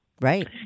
Right